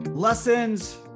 Lessons